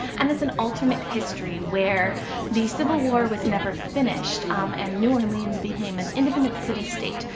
and it's an alternate history where the civil war was never finished and new orleans became an independent city-state.